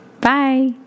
bye